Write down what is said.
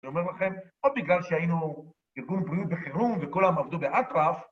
אני אומר לכם, עוד בגלל שהיינו ארגון בריאות בחירום וכולם עבדו באטרף...